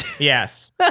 Yes